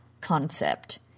concept